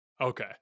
Okay